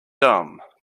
dumb